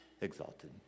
exalted